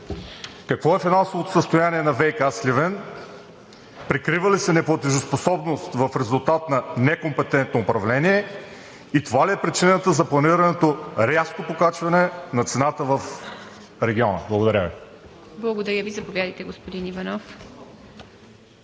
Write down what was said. какво е финансовото състояние на ВиК – Сливен, прикрива ли се неплатежоспособност в резултат на некомпетентно управление и това ли е причината за планираното рязко покачване на цената в региона? Благодаря Ви. ПРЕДСЕДАТЕЛ ИВА МИТЕВА: Благодаря Ви. Заповядайте, господин Иванов.